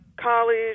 college